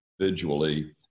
individually